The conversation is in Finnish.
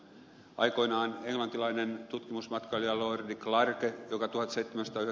aikoinaan englantilainen tutkimusmatkailija lordi clarke joka tuo itse pysty